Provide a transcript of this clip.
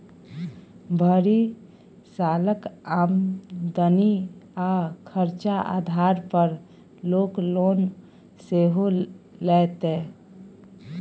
भरि सालक आमदनी आ खरचा आधार पर लोक लोन सेहो लैतै